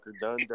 done